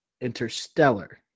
Interstellar